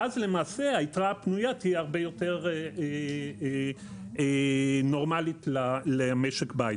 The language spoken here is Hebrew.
ואז למעשה היתרה הפנויה תהיה הרבה יותר נורמלית למשק בית.